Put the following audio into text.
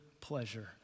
pleasure